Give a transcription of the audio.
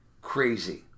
crazy